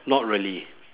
not really